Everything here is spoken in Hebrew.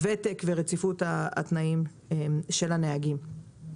הוותק ורציפות התנאים של הנהגים.